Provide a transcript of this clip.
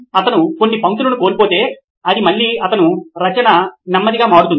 అతను కొన్ని పంక్తులను కోల్పోతే అది మళ్ళీ అతని రచన నెమ్మదిగా మారుతుంది